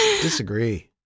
Disagree